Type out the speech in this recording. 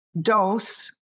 dose